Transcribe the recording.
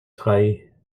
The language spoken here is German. drei